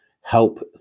help